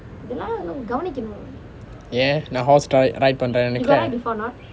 ஏன் நான்:aen naan horse ride பண்றேனா நினைக்கிறே:pandrenaa ninaikirae